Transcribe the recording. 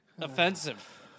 offensive